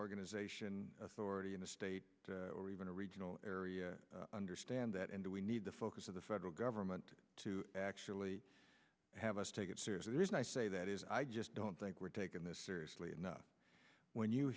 organisation authority in the state or even a regional area understand that and we need the focus of the federal government to actually have us take it seriously the reason i say that is i just don't think we're taking this seriously enough when you